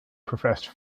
professed